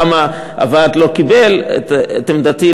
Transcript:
למה הוועד לא קיבל את עמדתי,